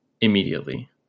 immediately